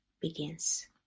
begins